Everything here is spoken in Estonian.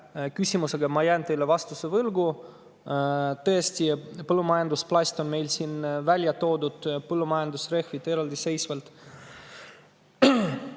küsimuse puhul ma jään teile vastuse võlgu. Tõesti, põllumajandusplast on meil siin välja toodud, põllumajandusrehve eraldiseisvalt